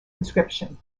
inscription